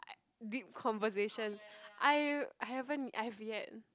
like deep conversations I haven't I've yet